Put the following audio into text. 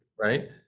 Right